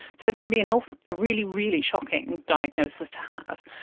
so it can be you know a really, really shocking diagnosis to have.